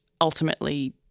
ultimately